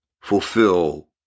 fulfill